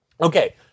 Okay